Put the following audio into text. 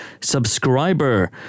subscriber